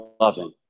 loving